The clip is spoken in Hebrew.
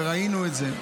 וראינו את זה,